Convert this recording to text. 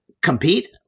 compete